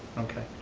okay,